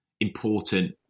important